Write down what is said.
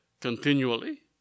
continually